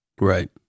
Right